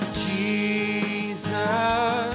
Jesus